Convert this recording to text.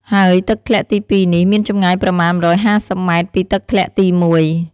ហើយទឹកធ្លាក់ទី២នេះ មានចំងាយប្រមាណ១៥០ម៉ែត្រពីទឹកធ្លាក់ទី១។